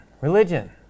religion